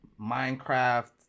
minecraft